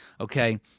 okay